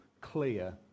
clear